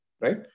right